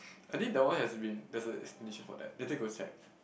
I think the one has been there's furniture for that later go check